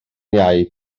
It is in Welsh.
iau